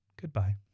Goodbye